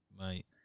Mate